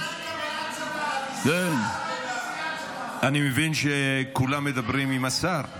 זמן קבלת שבת ------ אני מבין שכולם מדברים עם השר.